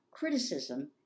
criticism